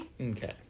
Okay